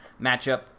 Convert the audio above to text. matchup